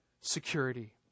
security